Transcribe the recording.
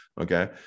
Okay